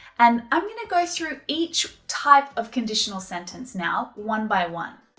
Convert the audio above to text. and i'm going to go through each type of conditional sentence now one by one.